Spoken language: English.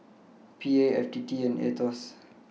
P A F T T and A E T O S